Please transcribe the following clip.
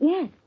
Yes